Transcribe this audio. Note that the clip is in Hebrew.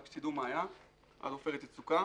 רק שתעו מה היה, ב"עופרת יצוקה".